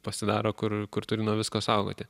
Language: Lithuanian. pasidaro kur kur turi nuo visko saugoti